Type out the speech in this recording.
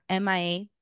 MIA